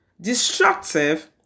destructive